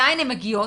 מאין הן מגיעות?